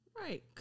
right